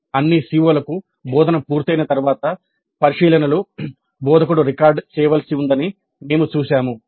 అన్ని CO లకు బోధన పూర్తయిన తర్వాత పరిశీలనలు బోధకుడు రికార్డ్ చేయవలసి ఉందని మేము చూశాము